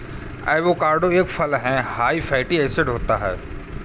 avocado एक फल हैं हाई फैटी एसिड होता है